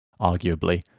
arguably